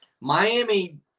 Miami